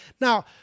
Now